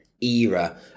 era